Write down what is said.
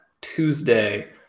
Tuesday